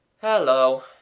Hello